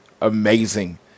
amazing